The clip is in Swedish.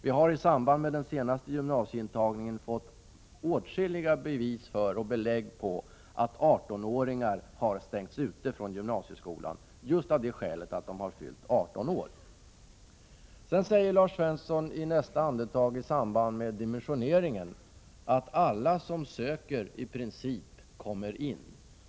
Vi har i samband med den senaste gymnasieintagningen fått åtskilliga bevis för att 18-åringar har stängts ute från gymnasieskolan just av det skälet att de fyllt 18 år. Sedan säger Lars Svensson i nästa andetag i samband med dimensioneringen att alla som söker i princip kommer in.